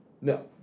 No